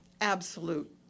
absolute